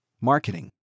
marketing